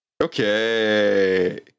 Okay